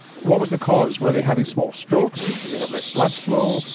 what was the cause? were they having small strokes? did they have less blood flow?